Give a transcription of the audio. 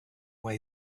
way